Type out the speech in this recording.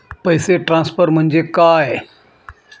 पैसे ट्रान्सफर म्हणजे काय?